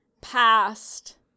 past